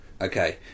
Okay